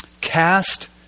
Cast